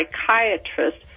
psychiatrist